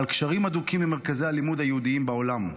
על קשרים הדוקים עם מרכזי הלימוד היהודיים בעולם.